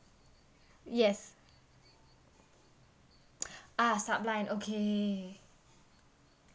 yes ah sub line okay